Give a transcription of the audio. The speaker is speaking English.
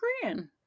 grand